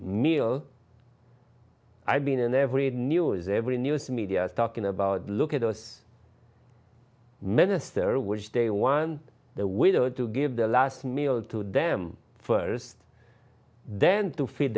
meal i've been in every news every news media is talking about look at us minister which day one the widow to give the last meal to them first then to feed